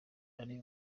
ari